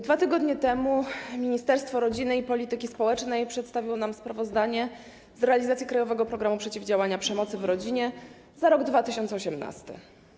2 tygodnie temu Ministerstwo Rodziny, Pracy i Polityki Społecznej przedstawiło nam sprawozdanie z realizacji „Krajowego programu przeciwdziałania przemocy w rodzinie” za rok 2018.